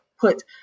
put